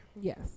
Yes